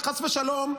שחס ושלום,